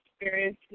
experience